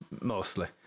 mostly